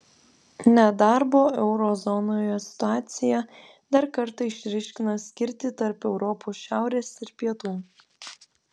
nedarbo euro zonoje situacija dar kartą išryškina skirtį tarp europos šiaurės ir pietų